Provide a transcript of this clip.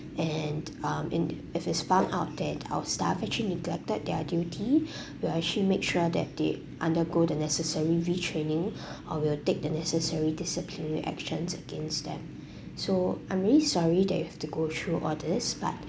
and um in if it's found out that our staff actually neglected their duty we'll actually make sure that they undergo the necessary retraining or we'll take the necessary disciplinary actions against them so I'm really sorry that you have to go through all these but